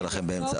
אדמה.